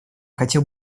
хотел